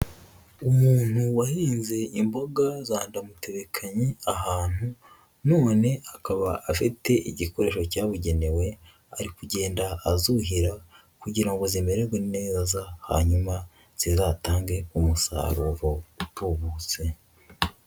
Umuntu wahinze imboga za ndamutebekanye ahantu, none akaba afite igikoresho cyabugenewe ari kugenda azuhira kugira ngo zimererwe neza, hanyuma zizatange umusaruro utubutse.